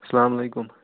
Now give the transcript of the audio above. السلامُ علیکُم